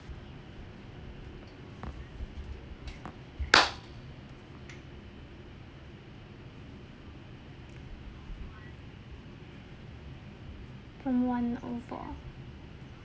prompt one over four